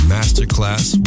Masterclass